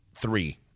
three